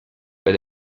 per